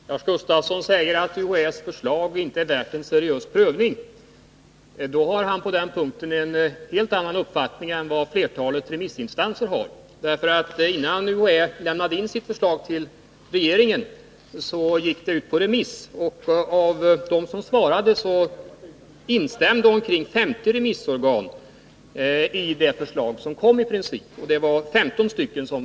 Herr talman! Lars Gustafsson säger att UHÄ:s förslag inte är värt en seriös prövning. Då har han på den punkten en helt annan uppfattning än flertalet remissinstanser, för innan UHÄ lämnade in sitt förslag till regeringen gick det ut på remiss, och omkring 50 av de remissorgan som svarade instämde i princip i förslaget, medan 15 var negativa.